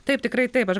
taip tikrai taip aš